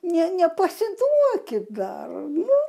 nė nepasiduokit dar nu